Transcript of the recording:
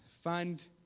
find